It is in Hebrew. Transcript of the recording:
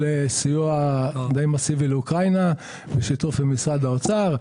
סיוע די מסיבי לאוקראינה בשיתוף משרד האוצר.